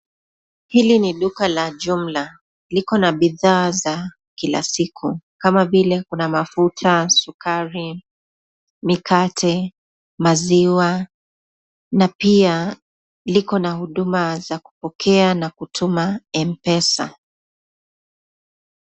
Hili ni duka la ujumla ikona bidhaa za kila siku, kama vile sukari, mafuta, mikate, maziwa, na pia likona huduma za kupokea na kutuma empesa.